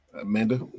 Amanda